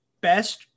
best